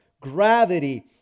gravity